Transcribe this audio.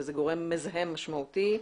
וזה גורם מזהם משמעותי.